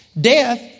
death